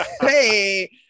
Hey